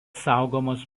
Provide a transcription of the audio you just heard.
saugomas